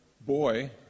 boy